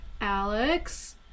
Alex